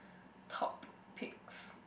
topics